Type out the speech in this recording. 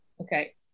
Okay